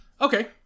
Okay